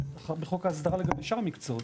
בחוק ההסדרה לגבי שאר המקצועות.